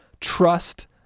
trust